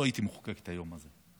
לא הייתי מחוקק את היום הזה.